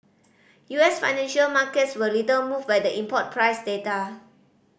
U S financial markets were little moved by the import price data